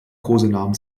kosenamen